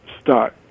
start